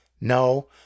no